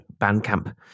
Bandcamp